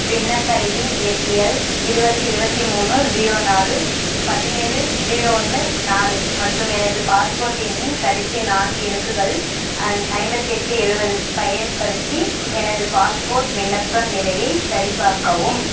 விண்ணப்ப ID APL இருபது இருபத்தி மூணு ஜீரோ நாலு பதினேழு ஜீரோ ஒன்று நாலு மற்றும் எனது பாஸ்போர்ட் எண்ணின் கடைசி நான்கு இலக்குகள் ஐ ஐம்பத்தெட்டு எழுவது பயன்படுத்தி எனது பாஸ்போர்ட் விண்ணப்பம் நிலையை சரிபார்க்கவும்